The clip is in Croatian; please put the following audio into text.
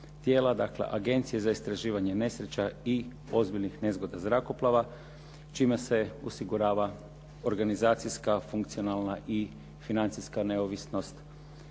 tijela, dakle agencije za istraživanje nesreća i ozbiljnih nezgoda zrakoplova čime se osigurava organizacijska, funkcionalna i financijska neovisnost